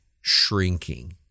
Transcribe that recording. shrinking